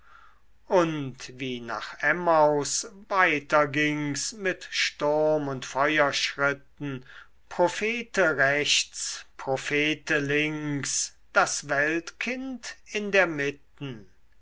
und wie nach emmaus weiter ging's mit sturm und feuerschritten prophete rechts prophete links das weltkind in der mitten